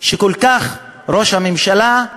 שראש הממשלה,